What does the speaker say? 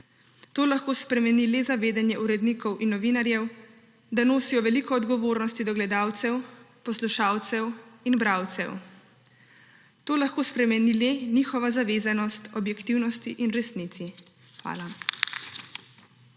To lahko spremeni le zavedanje urednikov in novinarjev, da nosijo veliko odgovornost do gledalcev, poslušalcev in bralcev. To lahko spremeni le njihova zavezanost objektivnosti in resnici. Hvala.